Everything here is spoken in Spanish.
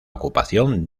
ocupación